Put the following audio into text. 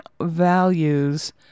Values